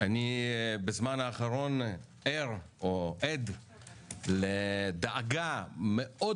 בזמן האחרון אני ער או עד לדאגה קשה מאוד,